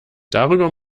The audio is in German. darüber